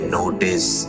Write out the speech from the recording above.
notice